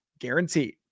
guaranteed